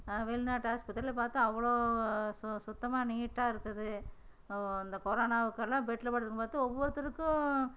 வெளிநாட்டு ஆஸ்பத்திரியில் பார்த்தா அவ்வளோ சு சுத்தமாக நீட்டாக இருக்குது ஓ இந்த கொரோனாவுக்கெல்லாம் பெட்டில் படுத்துருக்குறவங்களை பார்த்தா ஒவ்வொருத்தருக்கும்